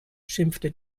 schimpfte